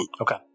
Okay